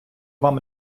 вам